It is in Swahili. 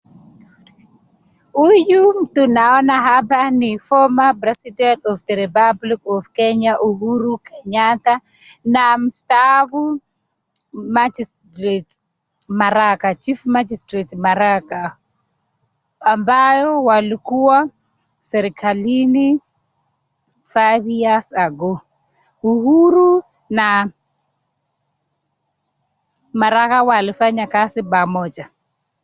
Huyu tunaona hapa ni former president of the republic of Kenya Uhuru Kenyata na mstaafu chief magistrate Maraga, ambao walikuwa serikalini five years ago , Uhuru na Maraga walifanya kazi pamoja.